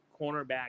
cornerback